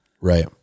Right